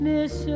Miss